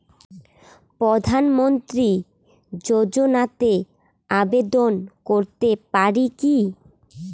প্রধানমন্ত্রী যোজনাতে আবেদন করতে পারি কি?